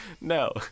No